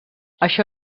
això